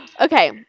Okay